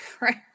right